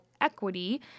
equity